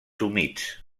humits